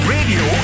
Radio